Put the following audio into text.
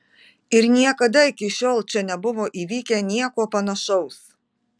ir niekada iki šiol čia nebuvo įvykę nieko panašaus